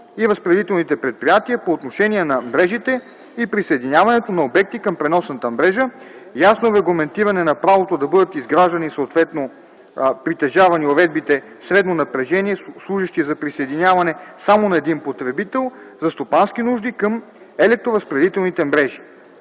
и разпределителните предприятия по отношение на мрежите и присъединяването на обекти към преносната мрежа; ясно регламентиране на правото да бъдат изграждани, съответно – притежавани, уредбите средно напрежение, служещи за присъединяване само на един потребител за стопански нужди към електроразпределителните мрежи.